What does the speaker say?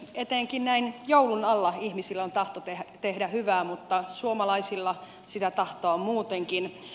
etenkin näin joulun alla ihmisillä on tahto tehdä hyvää mutta suomalaisilla sitä tahtoa on muutenkin